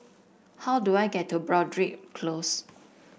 how do I get to Broadrick Close